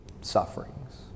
sufferings